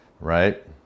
right